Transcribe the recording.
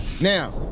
Now